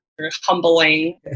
humbling